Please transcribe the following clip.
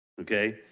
Okay